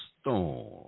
Storm